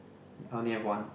I only have one